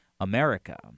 America